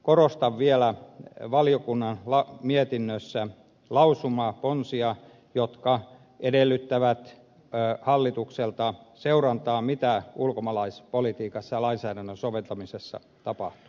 korostan vielä valiokunnan mietinnössä lausumaponsia jotka edellyttävät hallitukselta sen seurantaa mitä ulkomaalaispolitiikassa ja lainsäädännön soveltamisessa tapahtuu